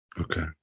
Okay